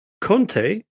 Conte